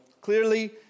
clearly